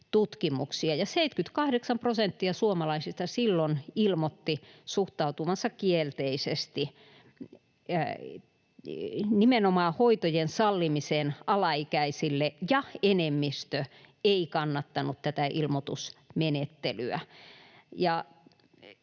tutkimuksia, ja 78 prosenttia suomalaisista silloin ilmoitti suhtautuvansa kielteisesti nimenomaan hoitojen sallimiseen alaikäisille, ja enemmistö ei kannattanut tätä ilmoitusmenettelyä.